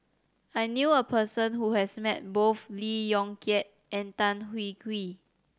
I knew a person who has met both Lee Yong Kiat and Tan Hwee Hwee